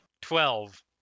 Twelve